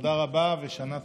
תודה רבה ושנה טובה.